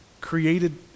created